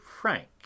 frank